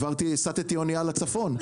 הסתי אוניה לצפון.